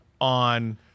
on